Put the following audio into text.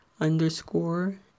underscore